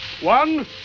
One